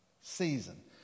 season